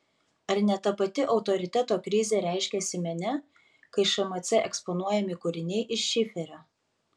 ar ne ta pati autoriteto krizė reiškiasi mene kai šmc eksponuojami kūriniai iš šiferio